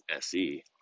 SE